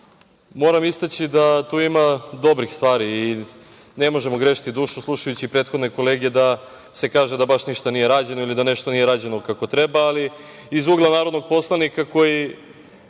moram istaći da tu ima dobrih stvari. Ne možemo grešiti dušu slušajući prethodne kolege da se kaže da baš ništa nije rađeno ili da nešto nije rađeno kako treba, ali iz ugla narodnog poslanika koji